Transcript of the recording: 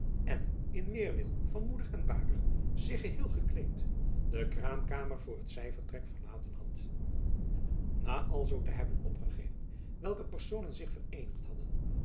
en in weêrwil van moeder en baker zich geheel gekleed en de kraamkamer voor het zijvertrek verlaten had na alzoo te hebben opgegeven welke personen zich vereenigd hadden